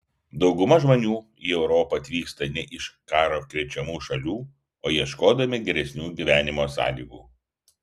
dauguma žmonių į europą atvyksta ne iš karo krečiamų šalių o ieškodami geresnių gyvenimo sąlygų